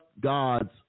God's